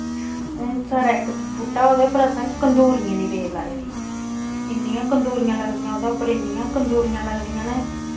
हुन साढ़ै इक बूह्टा उ'दे उप्पर असैं कंदूरियें दी बेल लाए दी इन्नियां कंदूरियां लगदियां उ'दे उप्पर इन्नियां कंदूरियां लगदियां न